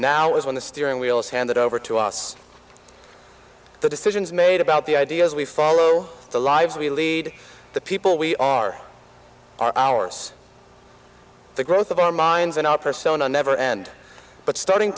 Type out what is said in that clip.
now is when the steering wheel is handed over to us the decisions made about the ideas we follow the lives we lead the people we are ours the growth of our minds and our persona never end but starting